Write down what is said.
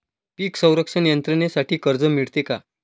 पीक संरक्षण यंत्रणेसाठी कर्ज मिळते का?